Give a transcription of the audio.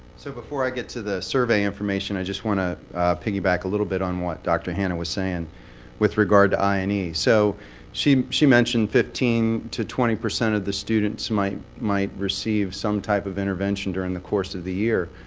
so before i get to the survey information, i just want to piggyback a little bit on what dr. hanna was saying with regard to i and e. so she she mentioned fifteen percent to twenty percent of the students might might receive some type of intervention during the course of the year.